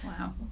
Wow